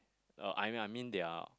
uh I mean I mean they are